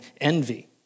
envy